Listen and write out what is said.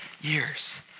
years